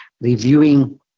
reviewing